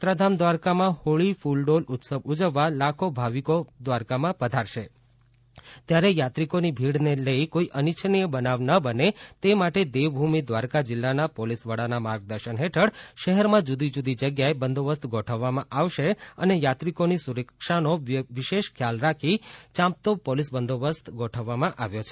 યાત્રાધામ દ્વારકામાં હોળી કૃલડોલ ઉત્સવ ઉજવવા લાખો ભાવિકો દ્વારકામાં પધારશે ત્યારે યાત્રીકોની ભીડને લઈ કોઇ અનિછનીય બનાવ ન બને તે માટે દેવભૂમિ દ્વારકા જીલ્લાના પોલીસ વડાના માર્ગ દર્શન હેઠળ શહેરમાં જુદી જુદી જગ્યાએ બંદોબસ્ત ગોઠવામાં આવશે અને યાત્રિકોની સુરક્ષાનો વિશેષ ખ્યાલ રાખી યાંપતો પોલીસ બંદોબસ્ત ગોઠવી દેવામાં આવ્યો છે